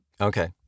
Okay